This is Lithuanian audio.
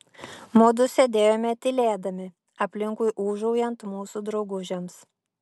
mudu sėdėjome tylėdami aplinkui ūžaujant mūsų draugužiams